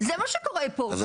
זה מה שקורה פה.